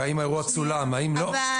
אם האירוע צולם ואם לא,